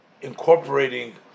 incorporating